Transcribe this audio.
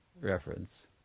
reference